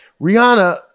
Rihanna